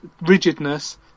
rigidness